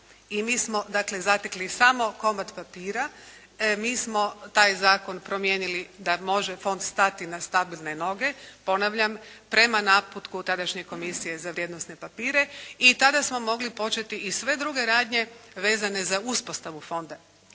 I mi smo dakle zatekli samo komad papira. Mi smo taj zakon promijenili da može fond stati na stabilne noge, ponavljam prema naputku tadašnje Komisije za vrijednosne papire. I tada smo mogli početi i sve druge radnje vezane za uspostavu fonda.